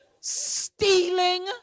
stealing